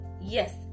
Yes